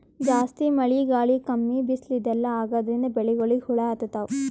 ಜಾಸ್ತಿ ಮಳಿ ಗಾಳಿ ಕಮ್ಮಿ ಬಿಸ್ಲ್ ಇದೆಲ್ಲಾ ಆಗಾದ್ರಿಂದ್ ಬೆಳಿಗೊಳಿಗ್ ಹುಳಾ ಹತ್ತತಾವ್